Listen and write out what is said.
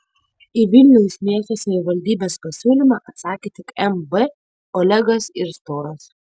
į vilniaus miesto savivaldybės pasiūlymą atsakė tik mb olegas ir storas